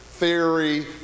theory